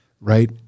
right